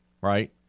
right